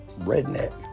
redneck